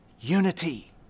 unity